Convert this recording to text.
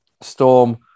storm